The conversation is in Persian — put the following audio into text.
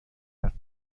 حرف